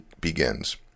begins